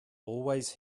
always